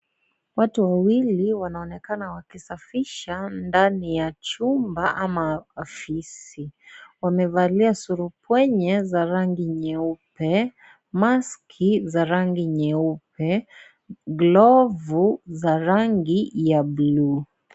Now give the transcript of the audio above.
Watu wawili wanaonekana wakisafisha ndani ya chumba ama ofisi, wamevalia surubwenye za rangi nyeupe ,maski za rangi nyeupe ,glovu za rangi ya bluu.